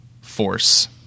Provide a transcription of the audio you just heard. force